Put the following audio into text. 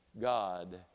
God